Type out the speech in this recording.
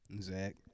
Zach